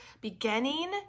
beginning